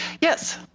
Yes